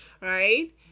right